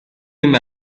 him